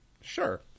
Sure